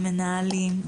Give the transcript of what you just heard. המנהלים,